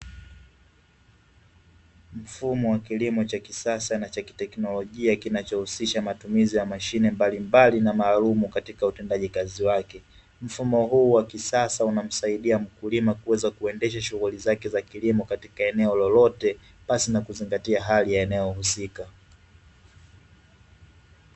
Mfumo wa kilimo cha kisasa na cha kiteknolojia kinachohusisha matumizi ya mashine mbalimbali na maalumu katika utendaji kazi wake, mfumo huu wa kisasa unamsaidia mkulima kuweza kuendesha shughuli zake za kilimo katika eneo lolote pasi na kuzingatia hali ya eneo husika.